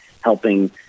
helping